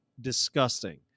disgusting